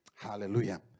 Hallelujah